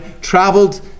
traveled